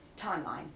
timeline